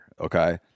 okay